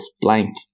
Blank